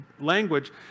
language